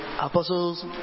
Apostles